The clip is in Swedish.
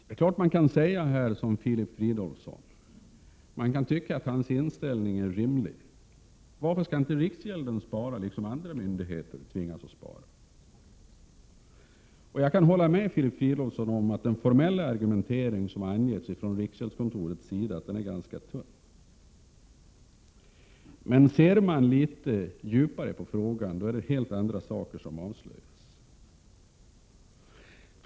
Det är klart att man kan tycka att Filip Fridolfssons inställning är rimlig — varför skall inte riksgälden spara när andra myndigheter tvingas spara? Jag kan hålla med Filip Fridolfsson om att riksgäldskontorets formella argumentering är ganska tunn. Men om man ser litet närmare på denna fråga avslöjas helt andra saker.